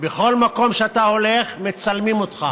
בכל מקום שאתה הולך, מצלמים אותך.